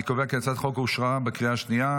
אני קובע כי הצעת החוק אושרה בקריאה השנייה.